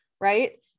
right